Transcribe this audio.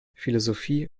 philosophie